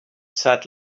sat